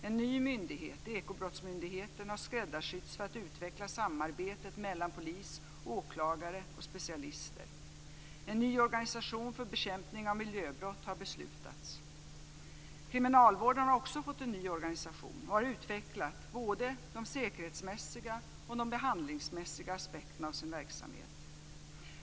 En ny myndighet, Ekobrottsmyndigheten, har skräddarsytts för att utveckla samarbetet mellan polis, åklagare och specialister. En ny organisation för bekämpning av miljöbrott har beslutats. Kriminalvården har också fått en ny organisation, och man har utvecklat både de säkerhetsmässiga och de behandlingsmässiga aspekterna av verksamheten.